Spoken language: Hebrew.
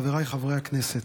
חבריי חברי הכנסת,